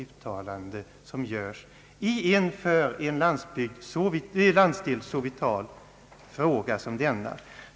den planerade landen som görs i en för en landsdel så vital fråga som denna.